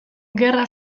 gerra